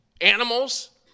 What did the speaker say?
animals